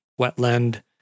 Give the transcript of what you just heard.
wetland